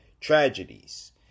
tragedies